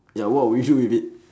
ya what you do with it